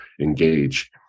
engage